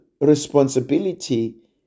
responsibility